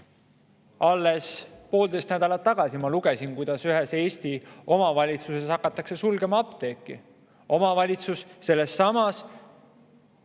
alles poolteist nädalat tagasi ma lugesin, kuidas ühes Eesti omavalitsuses hakatakse sulgema apteeki. Omavalitsus – kui ma